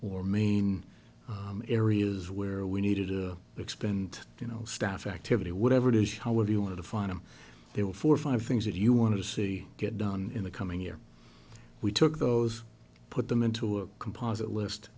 or main areas where we needed to expend you know staff activity whatever it is how would you want to find him there were four or five things that you want to see get done in the coming year we took those put them into a composite list